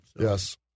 Yes